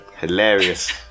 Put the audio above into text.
Hilarious